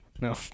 no